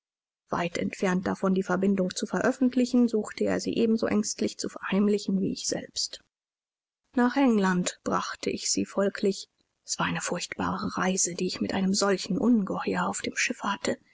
weit entfernt davon die verbindung zu veröffentlichen suchte er sie ebenso ängstlich zu verheimlichen wie ich selbst nach england brachte ich sie folglich es war eine furchtbare reise die ich mit einem solchen ungeheuer auf dem schiffe hatte